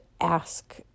ask